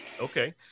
okay